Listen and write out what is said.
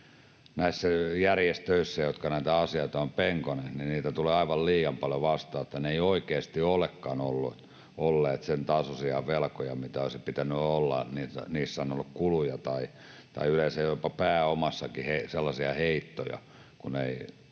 tuolla järjestöissä, jotka näitä asioita ovat penkoneet, aivan liian paljon, että ne eivät oikeasti olekaan olleet sen tasoisia velkoja kuin olisi pitänyt olla. Niissä on ollut kuluissa tai jopa pääomassakin heittoja, kun ei